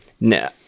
No